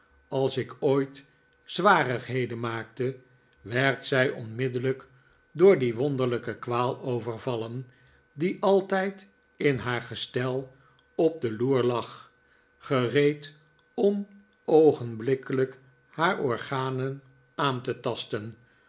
als ik ooit zwarigheden maakte werd zij onmiddellijk door die wonderlijke kwaal overvallen die altijd in haar gestel op de loer lag gereed om oogenblikkelijk haar organen aan te fasten